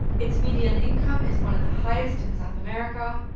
its median income is one of the highest in south america,